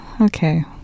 Okay